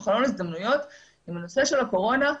חלון הזדמנויות עם הנושא של הקורונה.